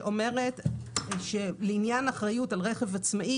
שאומרת שלעניין אחריות על רכב עצמאי,